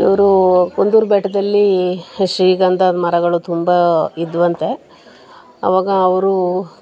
ಇವರು ಕುಂದೂರು ಬೆಟ್ಟದಲ್ಲಿ ಶ್ರೀಗಂಧದ ಮರಗಳು ತುಂಬ ಇದ್ದವಂತೆ ಅವಾಗ ಅವರು